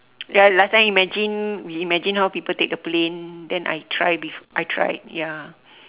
ya last time imagine we imagine how people take the plane then I try bef~ I tried ya